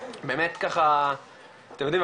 אתם יודעים,